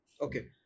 okay